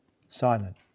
silent